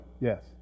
Yes